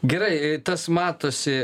gerai tas matosi